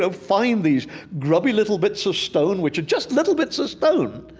so find these grubby little bits of stone, which are just little bits of stone.